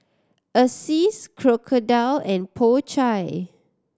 Asics Crocodile and Po Chai